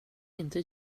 inte